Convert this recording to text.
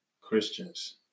Christians